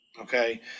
okay